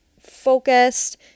focused